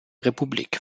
republik